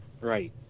right